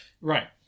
right